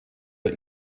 der